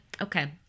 okay